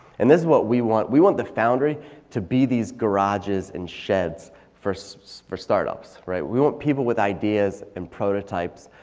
and this is what we want, we want the foundry to be these garages and sheds for so for startups. we want people with ideas and prototypes,